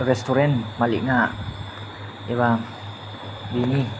restaurant मालिका एबा बिनि